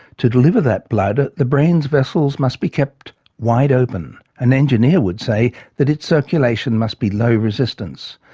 to deliver that blood, the brain's vessels must be kept wide open an engineer would say that its circulation must be low resistance.